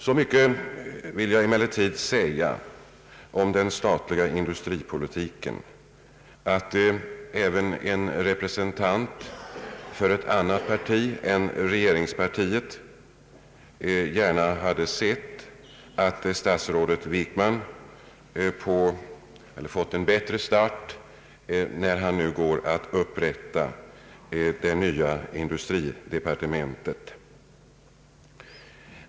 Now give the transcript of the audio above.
Så mycket vill jag emellertid säga beträffande den statliga industripolitiken, att även en representant för ett annat parti än regeringspartiet gärna hade sett att statsrådet Wickman fått en bättre start när han nu går att upprätta det nya industridepartementet.